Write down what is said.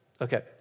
Okay